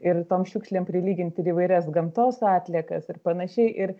ir tom šiukšlėm prilyginti ir įvairias gamtos atliekas ir panašiai ir